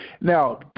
Now